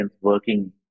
working